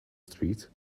street